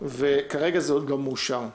וכרגע זה גם מאושר.